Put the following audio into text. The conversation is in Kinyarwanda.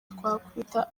twakwita